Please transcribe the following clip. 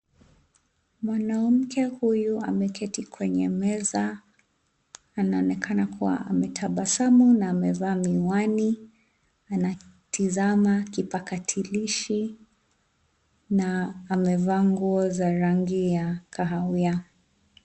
Mwanamke huyu ameketi kwenye meza, anaonekana kuwa ametabasamu na amevaa miwani, anatazama kipakatilishi na amevaa nguo za rangi ya kahawia.